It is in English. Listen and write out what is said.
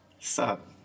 Sup